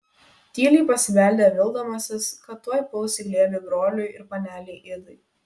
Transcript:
tyliai pasibeldė vildamasis kad tuoj puls į glėbį broliui ir panelei idai